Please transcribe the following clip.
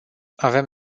avem